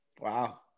Wow